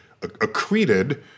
accreted